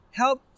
help